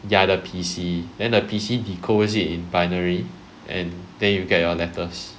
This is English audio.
ya the P_C then the P_C decodes it in binary and then you get your letters